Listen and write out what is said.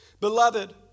Beloved